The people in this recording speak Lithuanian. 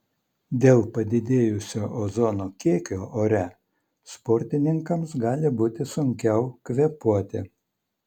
dėl padidėjusio ozono kiekio ore sportininkams gali būti sunkiau kvėpuoti